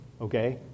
okay